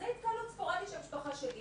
זאת התקהלות ספורדית של המשפחה שלי.